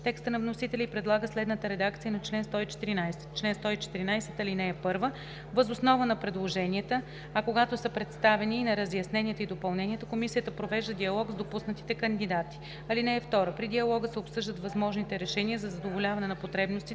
текста на вносителя и предлага следната редакция на чл. 114: „Чл. 114. (1) Въз основа на предложенията, а когато са предоставени – и на разясненията и допълненията, комисията провежда диалог с допуснатите кандидати. (2) При диалога се обсъждат възможните решения за задоволяване на потребностите,